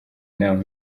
nama